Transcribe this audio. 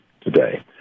today